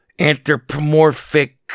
anthropomorphic